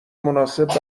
مناسب